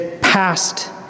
passed